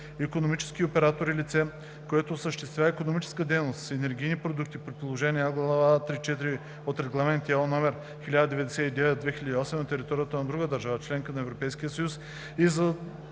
„Икономически оператор“ е лице, което осъществява икономическа дейност с енергийни продукти по приложение А, глава 3.4 от Регламент (ЕО) № 1099/2008 на територията на друга държава – членка на Европейския съюз, и е